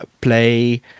play